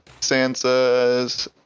Sansa's